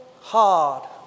hard